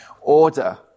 order